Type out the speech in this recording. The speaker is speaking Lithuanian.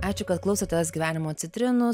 ačiū kad klausotės gyvenimo citrinų